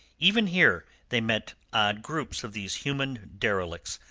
even here they met odd groups of these human derelicts,